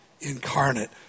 incarnate